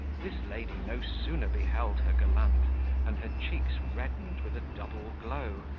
this lady no sooner beheld her gallant than her cheeks reddened with a double glow,